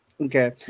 okay